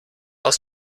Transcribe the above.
aus